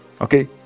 okay